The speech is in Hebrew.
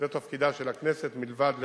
זה תפקידה של הכנסת, מלבד לחוקק,